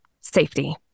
safety